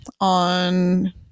on